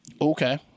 Okay